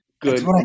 good